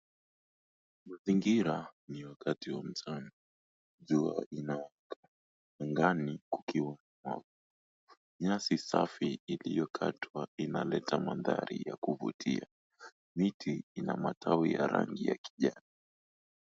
Mazingira ni wakati wa mchana. Jua inawaka. Angani kukiwa na mwanga. Nyasi safi iliyokatwa inaleta mandhari ya kuvutia. Miti ina matawi ya rangi ya kijani.